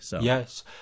Yes